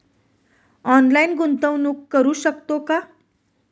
Online गुंतवणूक करू शकतो का?